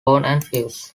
fuse